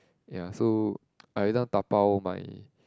ya so I everytime dabao my